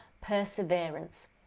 perseverance